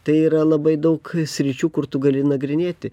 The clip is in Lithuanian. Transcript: tai yra labai daug sričių kur tu gali nagrinėti